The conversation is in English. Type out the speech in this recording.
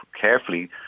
carefully